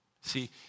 See